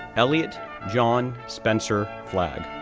elliot john spencer flagg,